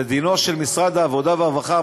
ודינו של משרד העבודה והרווחה,